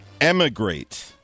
Emigrate